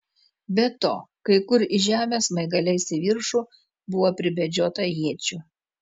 be to kai kur į žemę smaigaliais į viršų buvo pribedžiota iečių